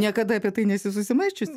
niekada apie tai nesi susimąsčius